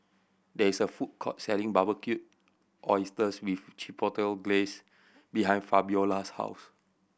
there is a food court selling Barbecued Oysters with Chipotle Glaze behind Fabiola's house